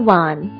one